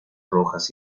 rojas